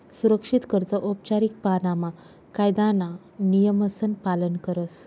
सुरक्षित कर्ज औपचारीक पाणामा कायदाना नियमसन पालन करस